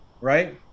right